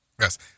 Yes